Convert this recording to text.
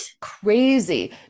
Crazy